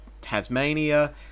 Tasmania